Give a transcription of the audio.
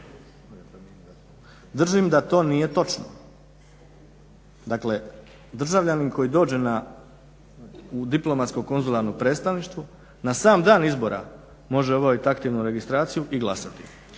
držim da to nije točno. Dakle državljanin koji dođe u diplomatsko-konzularno predstavništvo na sam dan izbora, može obaviti aktivnu registraciju i glasati.